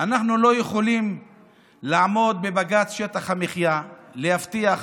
אנחנו לא יכולים לעמוד בבג"ץ שטח המחיה, להבטיח